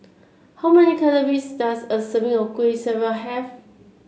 how many calories does a serving of Kueh Syara have